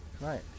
Right